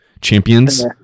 champions